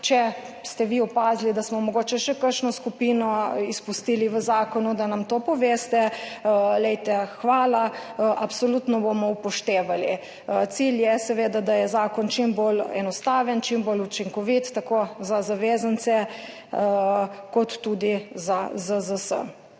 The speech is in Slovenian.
če ste vi opazili, da smo mogoče še kakšno skupino izpustili v zakonu, da nam to poveste. Hvala, absolutno bomo upoštevali. Cilj je seveda, da je zakon čim bolj enostaven, čim bolj učinkovit tako za zavezance kot tudi za ZZZS.